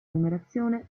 numerazione